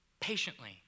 patiently